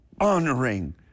honoring